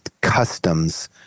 customs